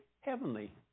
heavenly